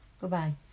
Goodbye